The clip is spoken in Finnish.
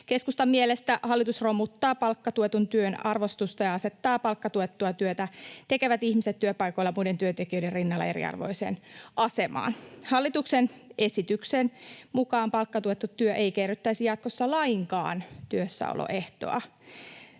Keskustan mielestä hallitus romuttaa palkkatuetun työn arvostusta ja asettaa palkkatuettua työtä tekevät ihmiset työpaikoilla muiden työntekijöiden rinnalla eriarvoiseen asemaan. Hallituksen esityksen mukaan palkkatuettu työ ei kerryttäisi jatkossa lainkaan työssäoloehtoa.